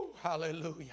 hallelujah